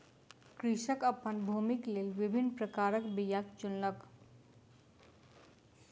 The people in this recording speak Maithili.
कृषक अपन भूमिक लेल विभिन्न प्रकारक बीयाक चुनलक